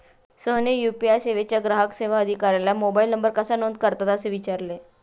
सोहनने यू.पी.आय सेवेच्या ग्राहक सेवा अधिकाऱ्याला मोबाइल नंबर कसा नोंद करतात असे विचारले